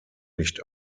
nicht